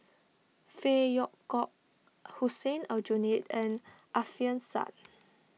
Phey Yew Kok Hussein Aljunied and Alfian Sa'At